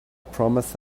promised